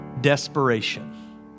desperation